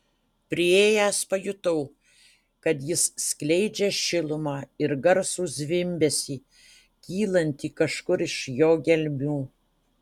priėjęs pajutau kad jis skleidžia šilumą ir garsų zvimbesį kylantį kažkur iš jo gelmių